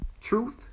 Truth